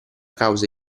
cause